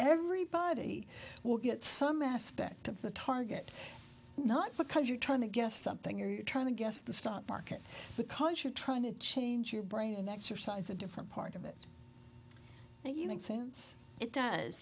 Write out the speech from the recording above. everybody will get some aspect of the target not because you're trying to get something or you're trying to guess the stock market because you're trying to change your brain exercise a different part of it thank you and since it does